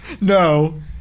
No